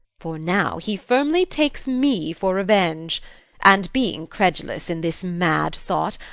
for now he firmly takes me for revenge and, being credulous in this mad thought,